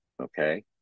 Okay